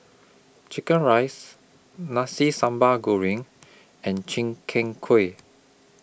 Chicken Rice Nasi Sambal Goreng and Chim Keen Kuih